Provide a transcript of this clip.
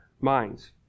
minds